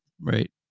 Right